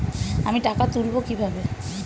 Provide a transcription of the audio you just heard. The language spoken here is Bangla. আমি টাকা তুলবো কি ভাবে?